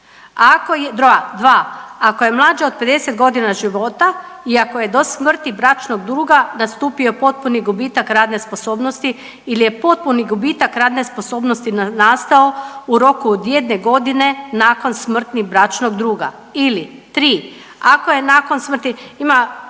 ako je mlađa od 50 godina života i ako je do smrti bračnog druga nastupio potpuni gubitak radne sposobnosti ili je potpuni gubitak radne sposobnosti nastao u roku od jedne godine nakon smrti bračnog druga ili 3. ako je nakon smrti,